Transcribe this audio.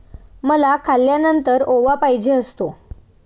मला खाल्यानंतर ओवा पाहिजे असतो